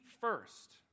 first